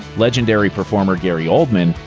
legendary performer gary oldman,